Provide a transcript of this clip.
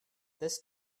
this